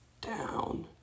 down